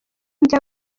najya